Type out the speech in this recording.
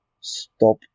stop